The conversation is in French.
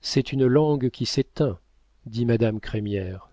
c'est une langue qui s'éteint dit madame crémière